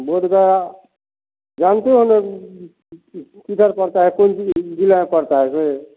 बोधगया जानते हो ना किधर पड़ता है कौन ज़िला में पड़ता है सो